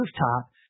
rooftop